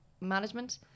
management